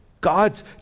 God's